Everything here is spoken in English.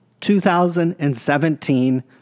2017